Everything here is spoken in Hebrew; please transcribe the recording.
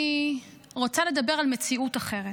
אני רוצה לדבר על מציאות אחרת.